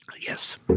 Yes